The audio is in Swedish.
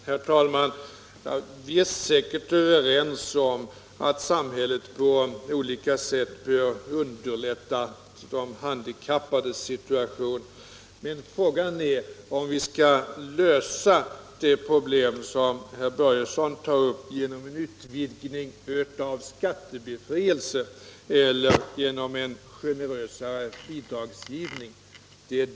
Herr talman! Vi är säkert överens om att samhället på olika sätt bör underlätta de handikappades situation, men frågan är om vi skall lösa det problem som herr Börjesson tagit upp genom en utvidgning av skattebefrielsen eller genom en generösare bidragsgivning.